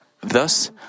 Thus